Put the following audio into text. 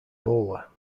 bowler